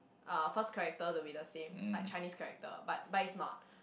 ah first character to be the same like Chinese character but but it's not